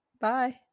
bye